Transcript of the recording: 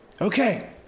Okay